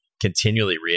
continually